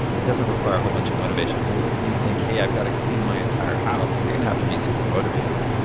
it doesn't require a whole bunch of motivation. if you think, hey, i've got to clean my entire house, you're going to have to be super motivated.